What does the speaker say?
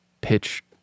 pitch